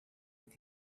with